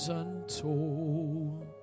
untold